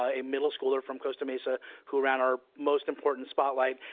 ah a middle schooler from costa mesa who ran our most important spotlight,